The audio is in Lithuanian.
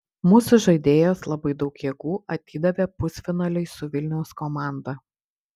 mūsų žaidėjos labai daug jėgų atidavė pusfinaliui su vilniaus komanda